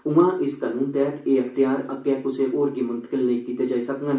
उआं इस कानून तैह्त एह् अख्तियार अग्गे कुसै होर गी मुंतकिल नेई कीते जाई सकडन